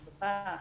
מטופח.